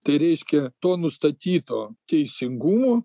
tai reiškia to nustatyto teisingumo